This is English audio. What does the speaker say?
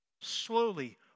Slowly